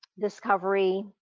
discovery